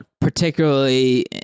particularly